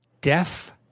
deaf